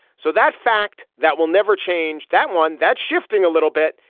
so that fact that will never change that one, that's shifting a little bit.